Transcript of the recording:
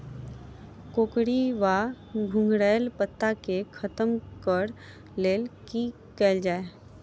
कोकरी वा घुंघरैल पत्ता केँ खत्म कऽर लेल की कैल जाय?